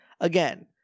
Again